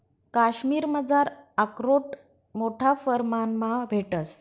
काश्मिरमझार आकरोड मोठा परमाणमा भेटंस